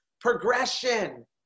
Progression